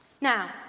Now